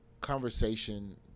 conversation